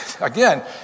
Again